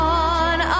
on